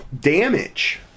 damage